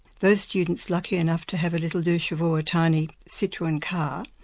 those students lucky enough to have a little deux cheveaux or a tiny citroen car,